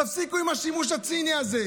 תפסיקו עם השימוש הציני הזה.